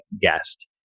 guest